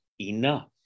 enough